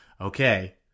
Okay